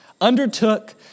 undertook